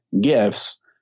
gifts